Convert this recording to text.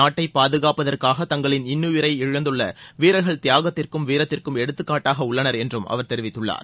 நாட்டை பாதுகாப்பதற்காக தங்களின் இன்னுயிரை இழந்துள்ள வீரர்கள் தியாகத்திற்கும் வீரத்திற்கும் எடுத்துக்காட்டாக உள்ளனர் என்றும் அவர் தெரிவித்துள்ளார்